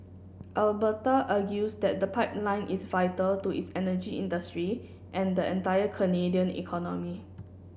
Alberta argues that the pipeline is vital to its energy industry and the entire Canadian economy